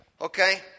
Okay